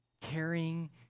caring